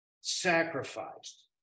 sacrificed